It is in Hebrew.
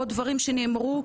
או דברים שנאמרו,